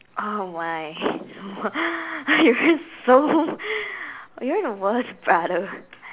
oh why you are so you are the worst brother